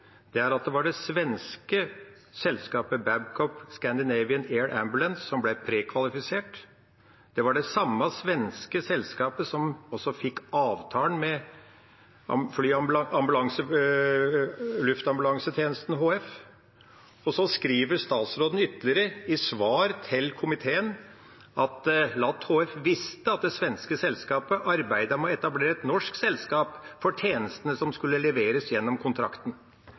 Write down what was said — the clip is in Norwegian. er at det var det svenske selskapet Babcock Scandinavian AirAmbulance som ble prekvalifisert. Det var det samme svenske selskapet som også fikk avtalen med Luftambulansetjenesten HF. Og så skriver statsråden ytterligere i svar til komiteen at LAT HF visste at det svenske selskapet arbeidet med å etablere et norsk selskap for tjenestene som skulle leveres gjennom kontrakten.